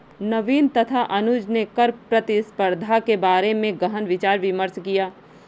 नवीन तथा अनुज ने कर प्रतिस्पर्धा के बारे में गहन विचार विमर्श किया